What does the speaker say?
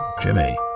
Jimmy